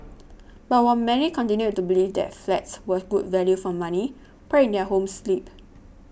but while many continued to believe that flats were good value for money pride in their homes slipped